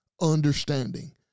understanding